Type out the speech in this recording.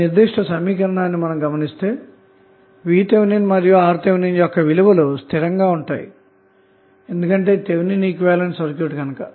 ఈ నిర్దిష్ట సమీకరణాన్ని గమనిస్తే VThమరియుRThయొక్క విలువలు స్థిరంగా ఉన్నాయి ఎందుకంటె ఇది థెవినిన్ ఈక్వివలెంట్ సర్క్యూట్ గనక